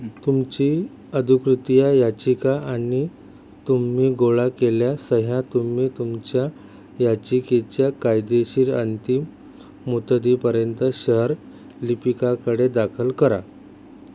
तुमची अधिकृत याचिका आणि तुम्ही गोळा केलेल्या सह्या तुम्ही तुमच्या याचिकेच्या कायदेशीर अंतिम मुदतीपर्यंत शहर लिपिकाकडे दाखल करा